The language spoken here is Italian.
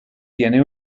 tiene